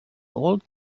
old